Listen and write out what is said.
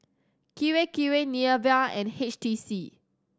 Kirei Kirei Nivea and H T C